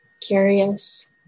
curious